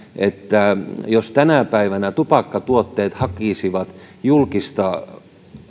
että jos tänä päivänä tupakkatuotteet hakisivat julkista